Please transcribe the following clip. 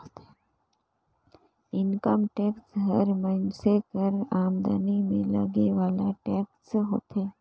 income tax हर मइनसे कर आमदनी में लगे वाला टेक्स होथे